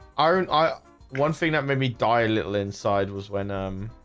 aren't i one thing that made me die a little inside was when i'm